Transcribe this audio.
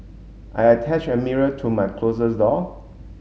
I attached a mirror to my closes door